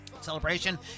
Celebration